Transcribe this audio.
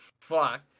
fuck